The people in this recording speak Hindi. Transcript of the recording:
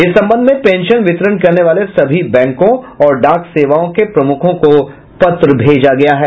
इस संबंध में पेंशन वितरण करने वाले सभी बैंकों और डाक सेवाओं के प्रमुखों को पत्र भेजा गया है